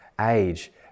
age